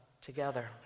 together